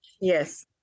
Yes